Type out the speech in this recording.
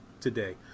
today